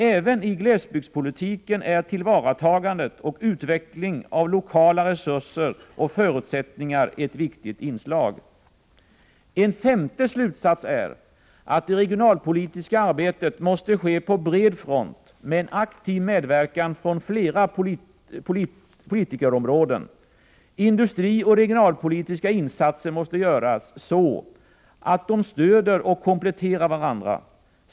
Även i glesbygdspolitiken är tillvaratagandet och utvecklingen av lokala resurser och förutsättningar ett viktigt inslag. En femte slutsats är att det regionalpolitiska arbetet måste ske på bred front, med en aktiv medverkan från flera politiska områden. Industrioch regionalpolitiska insatser måste göras så, att de stöder och kompletterar varandra.